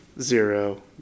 zero